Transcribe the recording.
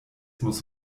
muss